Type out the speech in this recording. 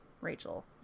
Rachel